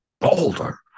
Boulder